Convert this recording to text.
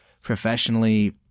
professionally